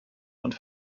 und